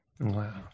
Wow